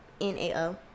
n-a-o